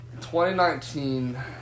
2019